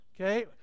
okay